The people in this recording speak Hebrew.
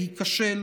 להיכשל.